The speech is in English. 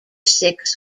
six